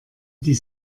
die